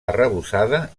arrebossada